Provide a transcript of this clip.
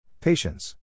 Patience